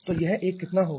तो यह एक कितना होगा